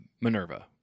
Minerva